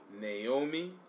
Naomi